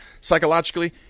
psychologically